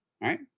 right